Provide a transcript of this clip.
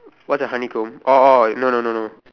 what's a honeycomb orh orh no no no no